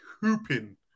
hooping